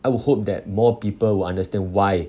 I would hope that more people will understand why